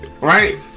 Right